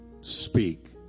speak